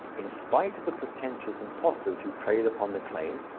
in spite of the pretentious impostors who trade upon the claim,